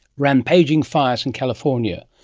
rampaging fires in california.